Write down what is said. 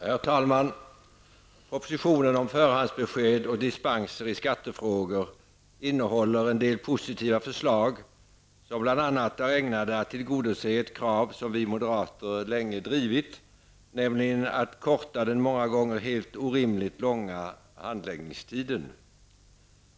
Herr talman! Propositionen om förhandsbesked och dispenser i skattefrågor innehåller en del positiva förslag som bl.a. är ägnade att tillgodose ett krav som vi moderater länge drivit, nämligen att korta den många gånger helt orimligt långa handläggningstiden.